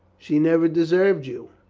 she never deserved you.